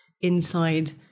inside